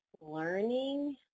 learning